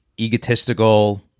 egotistical